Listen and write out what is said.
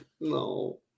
no